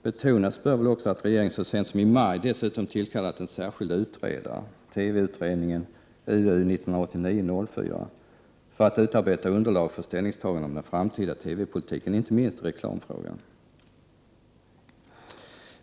Betonas bör väl också att regeringen så sent som i maj dessutom tillkallat en särskild utredare, TV-utredningen UU1989:04, för att utarbeta underlag för ställningstagande om den framtida TV-politiken, inte minst i reklamfrågan.